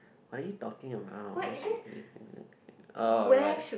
are you talking or oh right